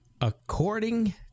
According